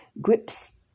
grips